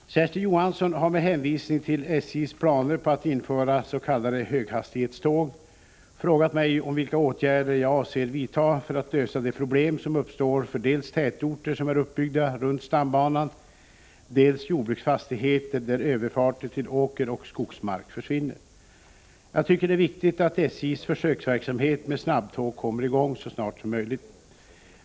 Fru talman! Kersti Johansson har med hänvisning till SJ:s planer på att införa s.k. höghastighetståg frågat mig om vilka åtgärder jag avser vidta för att lösa de problem som uppstår för dels tätorter som är uppbyggda runt stambanan, dels jordbruksfastigheter där överfarter till åkeroch skogsmark försvinner. Jag tycker det är viktigt att SJ:s försöksverksamhet med snabbtåg kommer i gång så snart som möjligt.